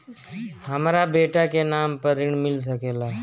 हमरा बेटा के नाम पर ऋण मिल सकेला?